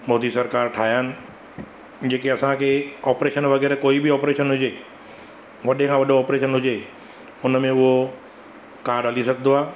मोदी सरकारु ठाहिया आहिनि जेके असांखे ऑपरेशन वग़ैरह कोई बि ऑपरेशन हुजे वॾे खां वॾो ऑपरेशन हुजे हुनमें उहो काड हली सघंदो आहे